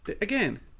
again